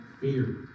fear